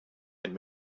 and